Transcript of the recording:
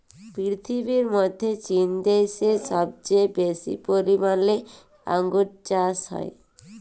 পীরথিবীর মধ্যে চীন দ্যাশে সবচেয়ে বেশি পরিমালে আঙ্গুর চাস হ্যয়